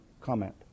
comment